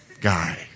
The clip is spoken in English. guy